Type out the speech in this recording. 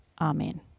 Amen